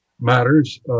matters